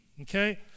okay